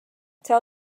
tell